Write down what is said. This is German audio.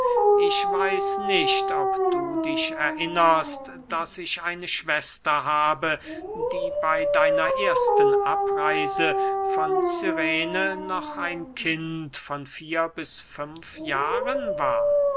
ich weiß nicht ob du dich erinnerst daß ich eine schwester habe die bey deiner ersten abreise von cyrene noch ein kind von vier bis fünf jahren war